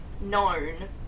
Known